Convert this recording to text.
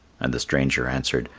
and the stranger answered,